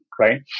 right